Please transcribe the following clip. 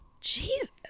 jesus